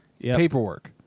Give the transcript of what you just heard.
paperwork